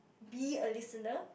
be a listener